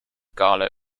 gala